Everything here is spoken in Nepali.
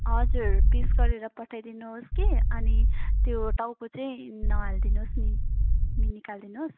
हजुर पिस गरेर पठाइदिनुहोस् कि अनि त्यो टाउको चाहिँ नहालिदिनुहोस् नि निकाल्दिनुस्